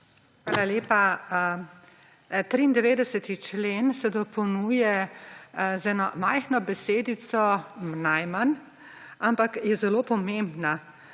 Hvala lepa. 93. člen se dopolnjuje z eno majhno besedico, »najmanj«, ampak je zelo pomembna.